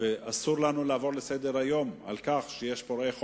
אסור לנו לעבור לסדר-היום על כך שיש פורעי חוק,